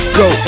go